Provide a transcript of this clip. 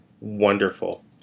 wonderful